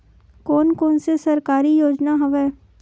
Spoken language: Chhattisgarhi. कोन कोन से सरकारी योजना हवय?